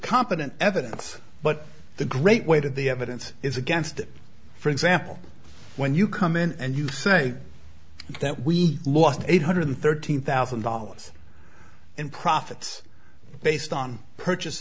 competent evidence but the great weight of the evidence is against it for example when you come in and you say that we lost eight hundred thirteen thousand dollars in profits based on purchase